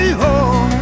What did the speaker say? home